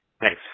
Thanks